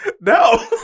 no